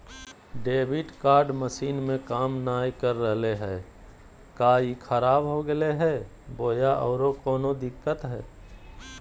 Debit card machine में काम नाय कर रहले है, का ई खराब हो गेलै है बोया औरों कोनो दिक्कत है?